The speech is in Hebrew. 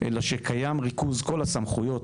אלא שקיים ריכוז כל הסמכויות: